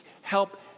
help